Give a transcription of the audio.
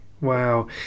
wow